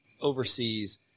overseas